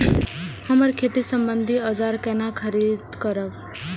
हम खेती सम्बन्धी औजार केना खरीद करब?